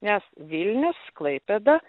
nes vilnius klaipėda